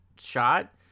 shot